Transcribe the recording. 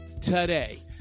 today